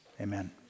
amen